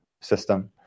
system